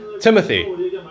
Timothy